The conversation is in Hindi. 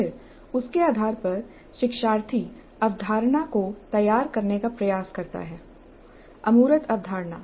फिर उसके आधार पर शिक्षार्थी अवधारणा को तैयार करने का प्रयास करता है अमूर्त अवधारणा